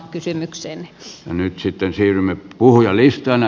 nyt sitten siirrymme puhujalistaan